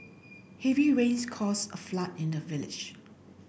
heavy rains caused a flood in the village